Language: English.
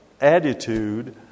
attitude